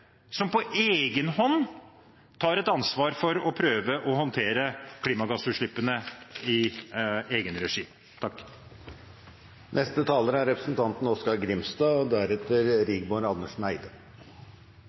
som på egen hånd tar et ansvar for å prøve å håndtere klimagassutslippene i egen regi. Som interpellanten, representanten Per Rune Henriksen, er inne på, er fangst og